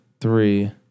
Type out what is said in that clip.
three